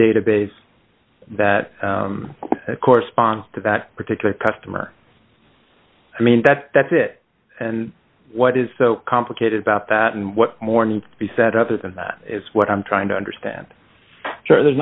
database that corresponds to that particular customer i mean that's that's it and what is so complicated about that and what more needs to be said others and that is what i'm trying to understand sure there's